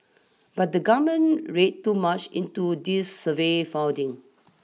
but the government read too much into these survey finding